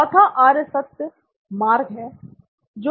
चौथा आर्य सत्य मार्ग है